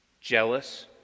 jealous